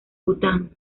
bután